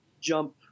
jump